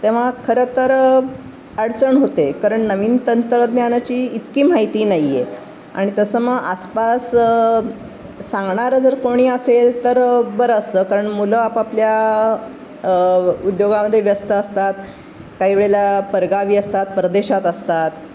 तेव्हा खरंतर अडचण होते कारण नवीन तंत्रज्ञानाची इतकी माहिती नाही आहे आणि तसं मग आसपास सांगणारं जर कोणी असेल तर बरं असतं कारण मुलं आपापल्या उद्योगामध्ये व्यस्त असतात काही वेळेला परगावी असतात परदेशात असतात